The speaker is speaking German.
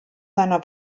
seiner